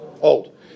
Old